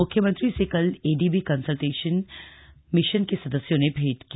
मुख्यमंत्री से कल एडीबी कन्सलटेशन मिशन के सदस्यों ने भेंट की